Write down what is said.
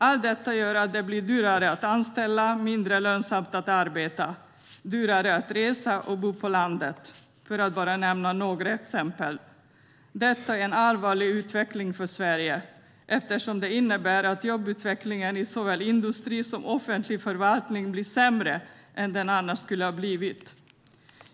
Allt detta gör att det blir dyrare att anställa, mindre lönsamt att arbeta, dyrare att resa och dyrare att bo på landet, för att bara nämna några exempel. Detta är en allvarlig utveckling för Sverige, eftersom det innebär att jobbutvecklingen i såväl industri som offentlig förvaltning blir sämre än den annars skulle ha blivit.